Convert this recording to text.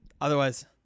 otherwise